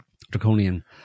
draconian